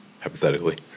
Hypothetically